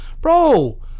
Bro